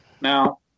Now